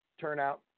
turnout